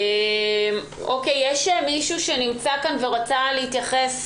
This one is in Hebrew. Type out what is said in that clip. יש מישהו שנמצא כאן שרצה להתייחס